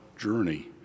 journey